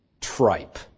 tripe